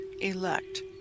elect